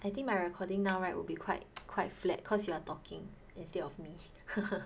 I think my recording now right will be quite quite flat cause you are talking instead of me